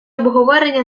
обговорення